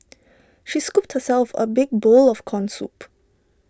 she scooped herself A big bowl of Corn Soup